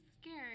scared